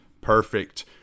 perfect